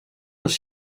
els